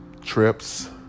trips